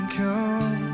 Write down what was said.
come